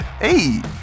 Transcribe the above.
Hey